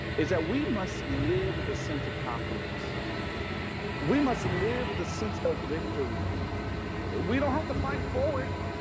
is that we must live with a sense of confidence we must live with a sense of victory we don't have to fight for word.